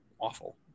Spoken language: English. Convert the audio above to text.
awful